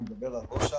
אני מדבר על ראש האגף.